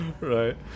Right